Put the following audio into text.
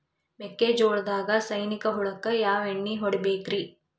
ಮೆಕ್ಕಿಜೋಳದಾಗ ಸೈನಿಕ ಹುಳಕ್ಕ ಯಾವ ಎಣ್ಣಿ ಹೊಡಿಬೇಕ್ರೇ?